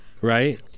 right